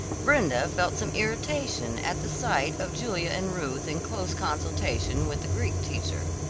brenda felt some irritation at the sight of julia and ruth in close consultation with the greek teacher.